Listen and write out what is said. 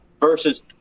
versus